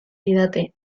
didate